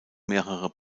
mehrerer